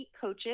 coaches